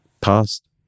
past